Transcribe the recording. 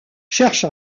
cherche